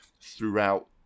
throughout